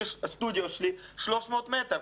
הסטודיו שלי 300 מטר.